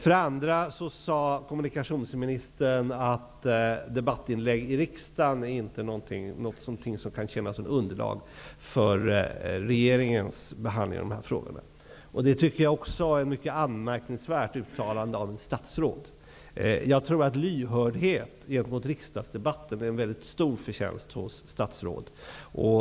För det andra sade kommunikationsministern att debattinlägg i riksdagen inte är något som kan tjäna som underlag för regeringens behandling av de här frågorna. Också det tycker jag är ett mycket anmärkningsvärt uttalande av ett statsråd. Jag tror att lyhördhet gentemot riksdagsdebatten är en väldigt stor förtjänst hos statsråd.